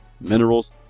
minerals